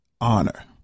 honor